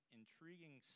intriguing